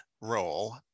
role